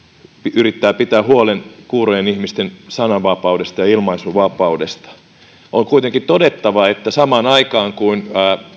yrittää pitää huolen kuurojen ihmisten sananvapaudesta ja ilmaisunvapaudesta on kuitenkin todettava että samaan aikaan kun